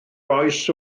oes